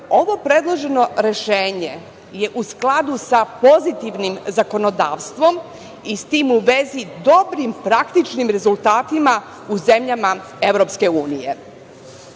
Ovo predloženo rešenje je u skladu sa pozitivnim zakonodavstvom i s tim u vezi dobrim praktičnim rezultatima u zemljama